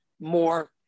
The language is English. more